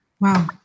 Wow